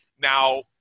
Now